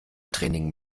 training